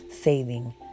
saving